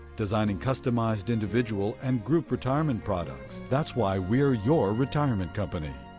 designing customized individual and group retirement products. that's why we're your retirement company.